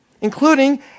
including